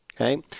okay